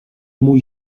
mój